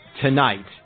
tonight